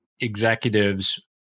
executives